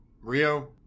Rio